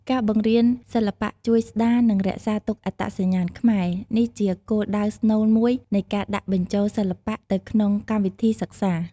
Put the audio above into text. ការបង្រៀនសិល្បៈជួយស្តារ និងរក្សាទុកអត្តសញ្ញាណខ្មែរ នេះជាគោលដៅស្នូលមួយនៃការដាក់បញ្ចូលសិល្បៈទៅក្នុងកម្មវិធីសិក្សា។